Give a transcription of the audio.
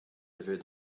avait